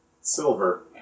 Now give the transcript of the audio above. silver